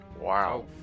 Wow